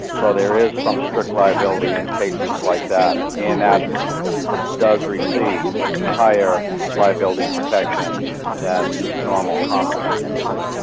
so there is some strict liability in cases like that, and that does receive higher liability protection than normal commerce.